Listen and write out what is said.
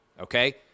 Okay